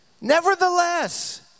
nevertheless